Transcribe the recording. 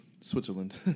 Switzerland